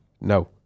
No